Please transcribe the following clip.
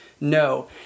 no